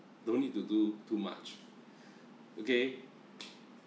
don't need to do too much okay